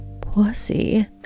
pussy